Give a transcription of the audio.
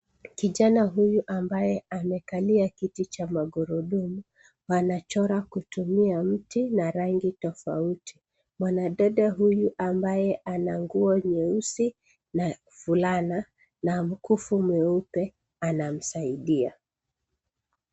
Kijana huyu ambaye amekalia kiti cha magurudumu anachora kutumia mti na rangi tofauti. Mwandadada huyu ambaye ana nguo nyeusi